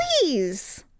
Please